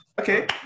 Okay